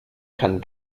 kann